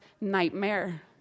nightmare